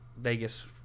Vegas